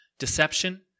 deception